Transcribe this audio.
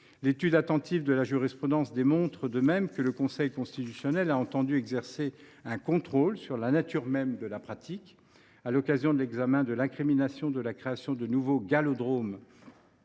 L’étude attentive de la jurisprudence démontre, de même, que le Conseil constitutionnel a entendu exercer un contrôle sur la nature même de la pratique. À l’occasion de l’examen de l’incrimination de la création de nouveaux gallodromes,